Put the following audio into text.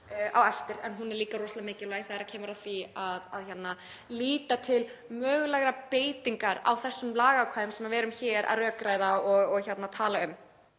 á eftir, en hún er líka rosalega mikilvæg þegar kemur að því að líta til mögulegrar beitingar á þessum lagaákvæðum sem við erum hér að rökræða og tala um.